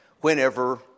whenever